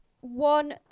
One